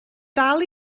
dal